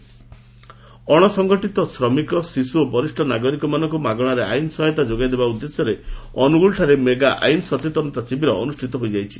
mega ଶିବିର ଅଣସଂଗଠିତ ଶ୍ରାମିକ ଶିଶୁ ଓ ବରିଷ ନାଗରିକମାନଙ୍କୁ ମାଗଶାରେ ଆଇନ ସହାୟତା ଯୋଗାଇଦେବା ଉଦ୍ଦେଶ୍ୟରେ ଅନ୍ତଗୋଳଠାରେ ମେଗା ଆଇନ୍ ସଚେତନତା ଶିବିର ଅନୁଷ୍ଚିତ ହୋଇଯାଇଛି